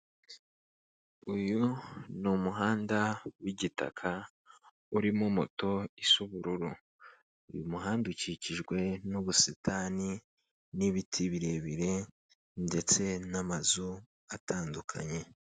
Uyu ni umuhanda w'igitaka urimo moto isa ubururu. Uyu muhanda ukikijwe n'ubusitani, n'ibiti birebire, ndetse n'amazu atandukanye.